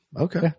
Okay